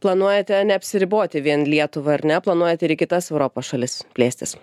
planuojate neapsiriboti vien lietuva ar ne planuojate ir į kitas europos šalis plėstis